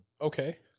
Okay